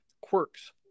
quirks